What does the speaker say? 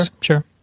sure